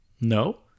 No